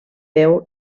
veu